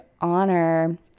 honor